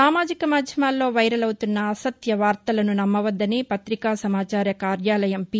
సామాజిక మాధ్యమాల్లో వైరల్ అవుతున్న అసత్య వార్తలను నమ్మవద్దని పత్రికా సమాచార కార్యాలయం పి